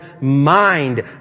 mind